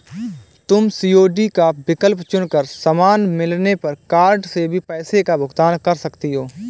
तुम सी.ओ.डी का विकल्प चुन कर सामान मिलने पर कार्ड से भी पैसों का भुगतान कर सकती हो